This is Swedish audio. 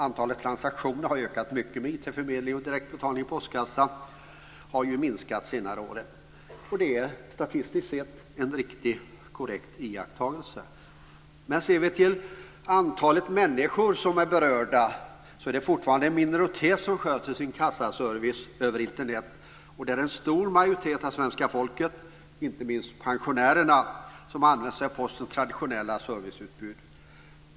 Antalet transaktioner har ökat mycket med IT-förmedling samtidigt som direktinbetalning i postkassa har minskat under senare år. Det är en statistiskt sett korrekt iakttagelse, men ser vi till antalet människor som är berörda är det fortfarande en minoritet som sköter sin kassaservice över Internet. Men det är en stor majoritet av svenska folket - inte minst pensionärer - som använder sig av postens traditionella serviceutbud.